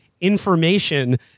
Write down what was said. information